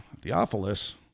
Theophilus